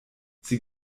sie